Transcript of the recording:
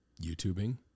YouTubing